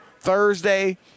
Thursday